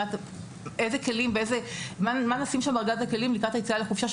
אילו כלים נשים בארגז הכלים לקראת היציאה לחופשה,